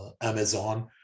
Amazon